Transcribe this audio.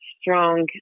strong